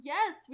Yes